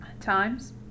Times